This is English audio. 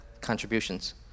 contributions